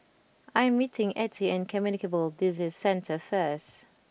I am meeting Ettie at Communicable Disease Centre first